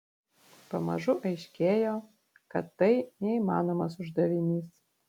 pamažu aiškėjo kad tai neįmanomas uždavinys